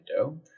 window